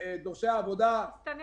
דורשי עבודה -- מסתננים.